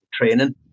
training